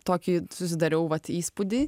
tokį susidariau vat įspūdį